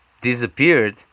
Disappeared